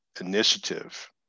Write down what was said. initiative